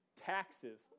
Taxes